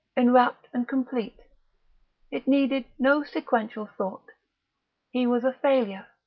enwrapped and complete it needed no sequential thought he was a failure.